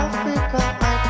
Africa